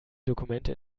dokumente